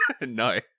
No